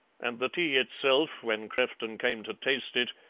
and the tea itself, when crefton came to taste it,